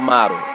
Model